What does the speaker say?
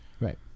right